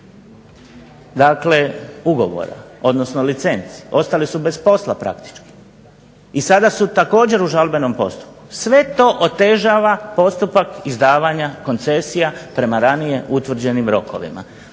dakle ugovora, odnosno licenci. Ostali su bez posla praktički. I sada su također u žalbenom postupku. Sve to otežava postupak izdavanja koncesija prema ranije utvrđenim rokovima.